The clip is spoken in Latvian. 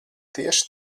tieši